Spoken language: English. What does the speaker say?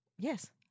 Yes